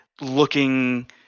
looking